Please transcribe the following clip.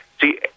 See